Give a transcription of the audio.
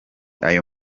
ayo